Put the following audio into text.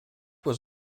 was